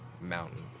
mountain